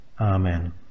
Amen